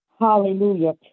Hallelujah